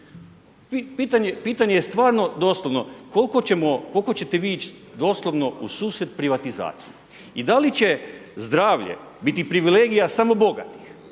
Pitanje je stvarno doslovno, koliko ćemo, koliko ćete vi ići doslovno u susret privatizaciji i da li će zdravlje biti privilegija samo bogatih,